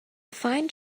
find